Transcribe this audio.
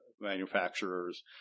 manufacturers